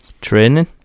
training